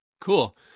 Cool